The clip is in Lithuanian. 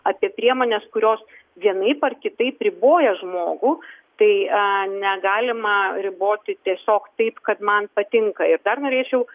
apie priemones kurios vienaip ar kitaip riboja žmogų tai a negalima riboti tiesiog taip kad man patinka ir dar norėčiau